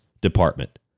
department